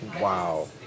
Wow